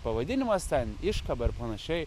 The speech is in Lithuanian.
pavadinimas ten iškaba ir panašiai